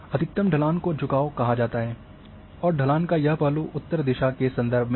अधिकतम ढलान को झुकाव कहा जाता है और ढलान का यह पहलू उत्तर दिशा के संदर्भ में है